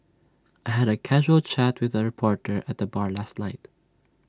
I had A casual chat with A reporter at the bar last night